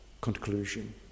conclusion